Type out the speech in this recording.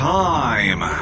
time